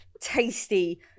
tasty